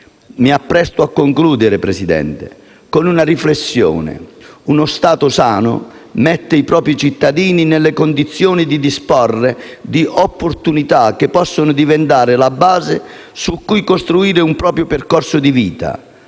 Mi appresto a concludere, signor Presidente, con una riflessione: uno Stato sano mette i propri cittadini nelle condizioni di disporre di opportunità che possono diventare la base su cui costruire un proprio percorso di vita,